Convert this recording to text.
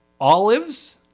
olives